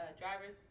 Drivers